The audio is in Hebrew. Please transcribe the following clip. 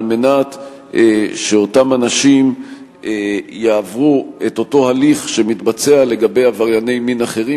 כדי שאותם אנשים יעברו את אותו הליך שמתבצע לגבי עברייני מין אחרים,